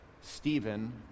Stephen